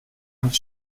nicht